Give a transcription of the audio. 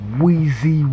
Weezy